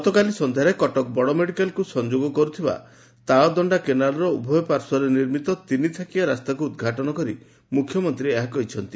ଗତକାଲି ସଧ୍ୟାରେ ବଡ଼ମେଡ଼ିକାଲକୁ ସଂଯୋଗ କରୁଥିବା ତାଳଦଶ୍ତା କେନାଲର ଉଭୟ ପାର୍ଶ୍ୱରେ ନିର୍ମିତ ତିନି ଥାକିଆ ରାଷ୍ଠାକୁ ଉଦ୍ଘାଟନ କରି ମୁଖ୍ୟମନ୍ତୀ ଏହା କହିଛନ୍ତି